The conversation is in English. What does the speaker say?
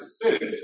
six